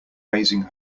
raising